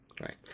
Right